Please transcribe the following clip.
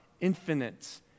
infinite